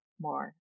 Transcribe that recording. more